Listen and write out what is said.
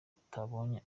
batabonye